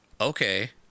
Okay